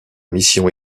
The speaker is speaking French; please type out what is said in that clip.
mission